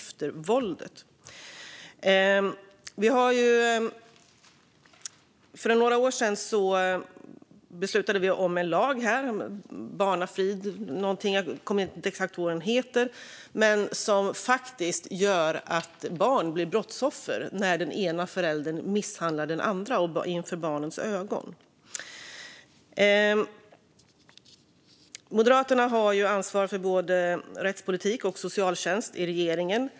För några år sedan beslutades om en ny lag om barnfrid - jag kommer inte exakt ihåg vad lagen kallas - som innebär att barn blir brottsoffer när den ena föräldern misshandlar den andra inför barnens ögon. Moderaterna har ansvar för både rättspolitik och socialtjänst i regeringen.